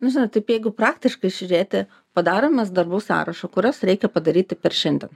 nu žinot taip jeigu praktiškai žiūrėti padarom mes darbų sąrašą kuriuos reikia padaryti per šiandien